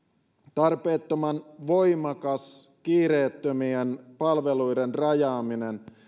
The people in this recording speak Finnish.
tarpeettoman voimakas kiireettömien palveluiden rajaaminen